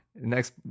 next